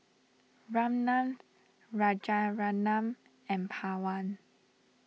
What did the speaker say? Ramnath Rajaratnam and Pawan